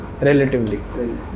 Relatively